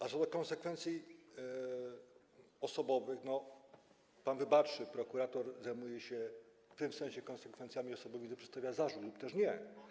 A co do konsekwencji osobowych, pan wybaczy, prokurator zajmuje się tym, w sensie konsekwencjami osobowymi, gdy przedstawia zarzut lub też nie.